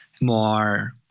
more